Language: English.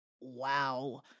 wow